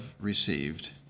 received